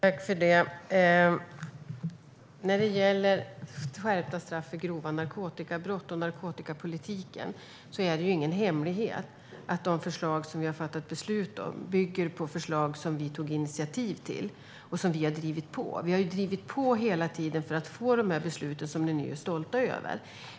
Herr talman! När det gäller narkotikapolitiken och skärpta straff för grova narkotikabrott är det ju ingen hemlighet att de förslag som ni har fattat beslut om bygger på förslag som vi tog initiativ till och som vi har drivit på. Vi har hela tiden drivit på för att få de här besluten, som ni nu är stolta över.